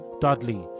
dudley